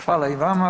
Hvala i vama.